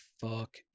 fuck